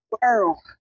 girl